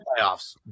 playoffs